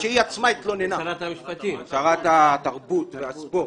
שהיא עצמה התלוננה שרת התרבות והספורט,